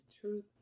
Truth